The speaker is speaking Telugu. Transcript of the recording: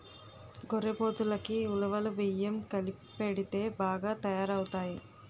గొర్రెపోతులకి ఉలవలు బియ్యం కలిపెడితే బాగా తయారవుతాయి